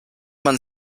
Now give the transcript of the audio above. man